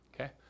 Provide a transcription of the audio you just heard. okay